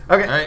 Okay